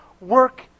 Work